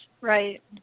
Right